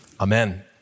Amen